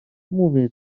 mówię